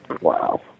Wow